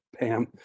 Pam